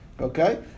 okay